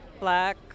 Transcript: black